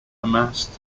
amassed